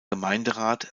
gemeinderat